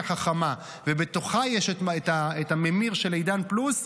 חכמה ובתוכה יש את הממיר של עידן פלוס,